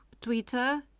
Twitter